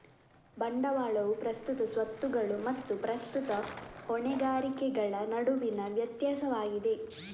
ಬಂಡವಾಳವು ಪ್ರಸ್ತುತ ಸ್ವತ್ತುಗಳು ಮತ್ತು ಪ್ರಸ್ತುತ ಹೊಣೆಗಾರಿಕೆಗಳ ನಡುವಿನ ವ್ಯತ್ಯಾಸವಾಗಿದೆ